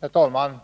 Herr talman!